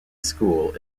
school